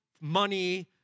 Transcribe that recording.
money